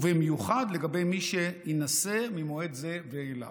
ובמיוחד לגבי מי שיינשא ממועד זה ואילך.